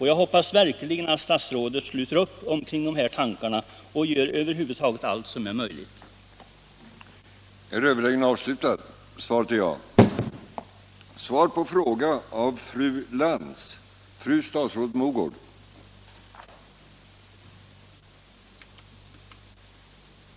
Jag hoppas verkligen att statsrådet sluter upp bakom dessa tankar och gör över huvud taget allt som är möjligt för att främja dem.